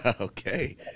Okay